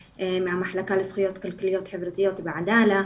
מהמחלקה לזכויות כלכליות חברתיות בעדאלה.